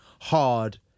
hard